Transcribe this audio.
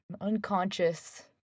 unconscious